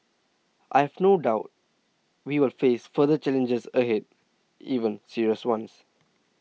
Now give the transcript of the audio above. I have no doubt we will face further challenges ahead even serious ones